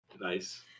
Nice